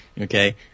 okay